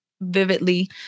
vividly